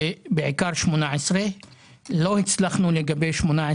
ובעיקר 18. לא הצלחנו לגבי גיל 18,